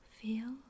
Feel